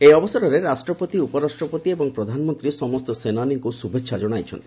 ଏହି ଅବସରରେ ରାଷ୍ଟ୍ରପତି ଉପରାଷ୍ଟ୍ରପତି ଏବଂ ପ୍ରଧାନମନ୍ତ୍ରୀ ସମସ୍ତ ସେନାନୀଙ୍କୁ ଶୁଭେଛା ଜଣାଇଛନ୍ତି